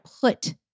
put